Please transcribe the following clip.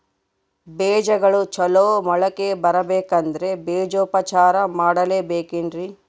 ಬೇಜಗಳು ಚಲೋ ಮೊಳಕೆ ಬರಬೇಕಂದ್ರೆ ಬೇಜೋಪಚಾರ ಮಾಡಲೆಬೇಕೆನ್ರಿ?